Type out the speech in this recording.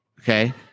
Okay